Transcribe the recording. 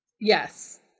Yes